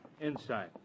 Inside